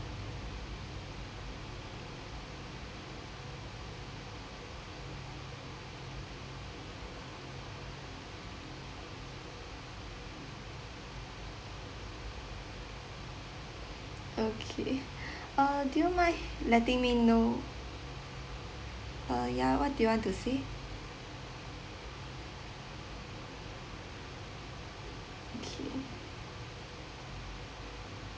okay uh do you mind letting me know uh what do you want to say